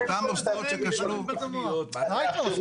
מי שתוקע את זה זה רמ"י, מה אתה מבלבל את המוח?